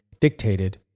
dictated